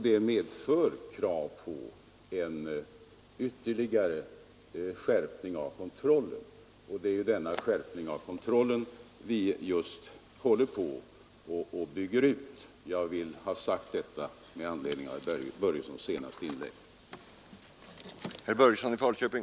Det medför krav på en skärpning av kontrollen, och det är denna skärpning av kontrollen vi håller på och bygger ut. — Jag vill ha sagt detta med anledning av herr Börjessons senaste inlägg.